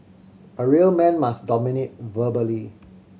a real man must dominate verbally